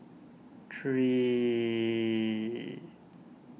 three